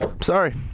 Sorry